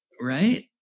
right